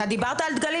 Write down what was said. של דבר,